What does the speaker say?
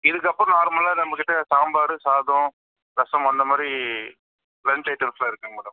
இதுக்கப்புறம் நார்மலாக நம்மகிட்ட சாம்பார் சாதம் ரசம் அந்தமாதிரி லன்ச் ஐட்டம்ஸெலாம் இருக்குதுங்க மேடம்